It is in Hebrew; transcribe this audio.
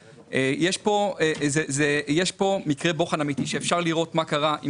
יש כאן מקרה בוחן אמיתי שאפשר לראות מה קרה עם